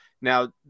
Now